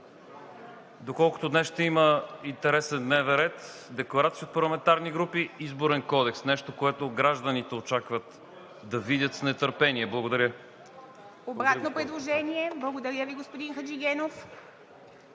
доколкото днес ще има интересен дневен ред – декларации от парламентарни групи, Изборен кодекс – нещо, което гражданите очакват да видят с нетърпение. Благодаря Ви. ПРЕДСЕДАТЕЛ ИВА МИТЕВА: Благодаря Ви, господин Хаджигенов.